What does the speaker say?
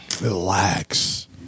Relax